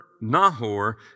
Nahor